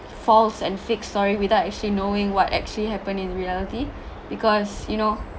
false and fake story without actually knowing what actually happened in reality because you know